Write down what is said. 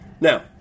now